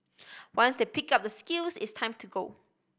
once they pick up the skills it's time to go